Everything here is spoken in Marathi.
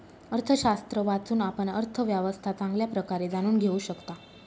अर्थशास्त्र वाचून, आपण अर्थव्यवस्था चांगल्या प्रकारे जाणून घेऊ शकता